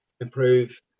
improve